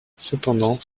cependant